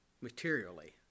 materially